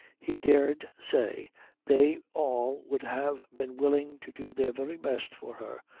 he dared say they all would have been willing to do their very best for her,